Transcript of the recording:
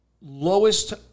lowest